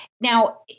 Now